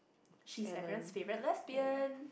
she's everyone favourite lesbian